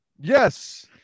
Yes